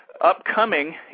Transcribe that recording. upcoming